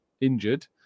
injured